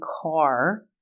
car